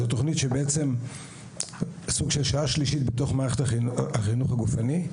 זו תוכנית שבעצם סוג של שעה שלישית במערכת החינוך הגופני,